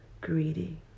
greedy